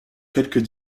quelques